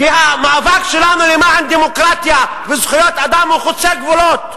כי המאבק שלנו למען דמוקרטיה וזכויות אדם הוא חוצה גבולות.